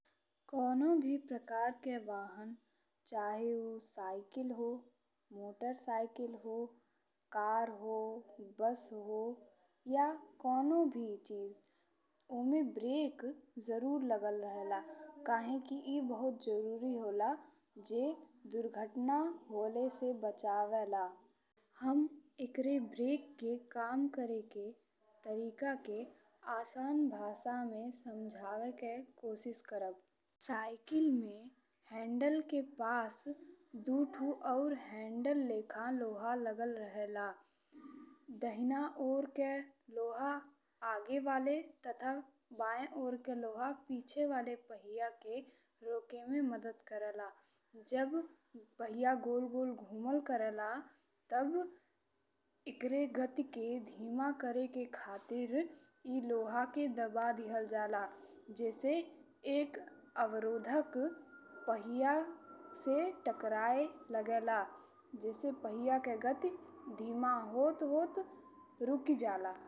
कौनो भी प्रकार के वाहन चाहे उ सायकिल हो, मोटरसायकिल हो, कार हो, बस हो या कौनो भी चीज ओमे ब्रेक जरूर लगल रहेला। काहे कि इ बहुत जरूरी होला जे दुर्घटना होवे से बचावेला। हम एकरे ब्रेक के काम करेके तरीका के आसान भाषा में समझावे के कोशिश करब। सायकिल में हैंडल के पास दू ठो और हैंडल लेखा लोहा लगल रहेला दाहिना ओर के लोहा आगे वाले तथा बायें ओर के लोहा पीछे वाले पहिया के रोके में मदद करेला। जब पहिया गोल गोल घुमल करेला तब एकरे गति के धीमा करे के खातिर इ लोहा के दबा दीहल जाला। जइसन एक अवरोधक पहिया से टकराए लागेला। जइसन पहिया के गति धीमा होत-होत रुकी जाला।